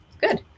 Good